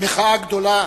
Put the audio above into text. מחאה גדולה,